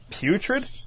Putrid